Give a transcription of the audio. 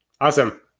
Awesome